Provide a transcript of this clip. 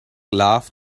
laughed